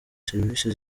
serivisi